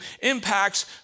impacts